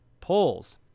polls